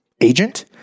agent